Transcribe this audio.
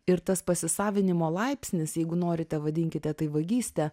ir tas pasisavinimo laipsnis jeigu norite vadinkite tai vagyste